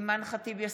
אימאן ח'טיב יאסין,